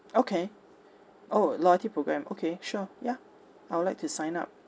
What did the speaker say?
okay orh loyalty programme okay sure ya I would like to sign up